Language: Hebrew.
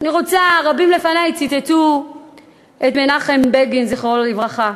רבים לפני ציטטו את מנחם בגין, זיכרונו לברכה,